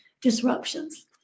disruptions